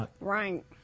Right